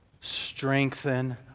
Strengthen